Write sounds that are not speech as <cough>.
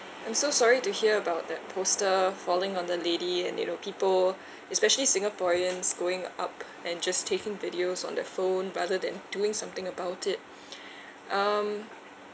I'm so sorry to hear about that poster falling on the lady and you know people <breath> especially singaporeans going up and just taking videos on their phone rather than doing something about it <breath> um